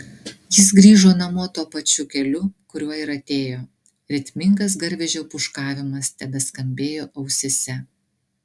jis grįžo namo tuo pačiu keliu kuriuo ir atėjo ritmingas garvežio pūškavimas tebeskambėjo ausyse